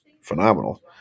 phenomenal